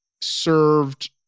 served